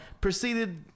proceeded